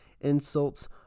insults